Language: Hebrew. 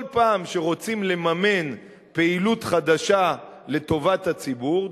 כל פעם שרוצים לממן פעילות חדשה לטובת הציבור,